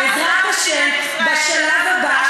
למה זו לא מדינת ישראל?